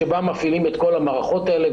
שבה מפעילים את כל המערכות האלה,